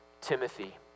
Timothy